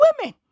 women